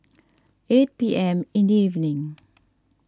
eight P M in the evening